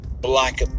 black